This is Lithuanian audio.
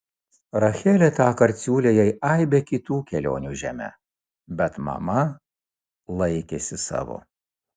rachelė tąkart siūlė jai aibę kitų kelionių žeme bet mama laikėsi savo